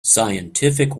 scientific